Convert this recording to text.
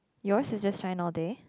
yours is just shine all day